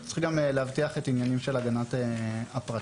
צריך להבטיח את העניינים של הגנת הפרטיות.